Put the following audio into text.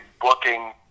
booking